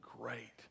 great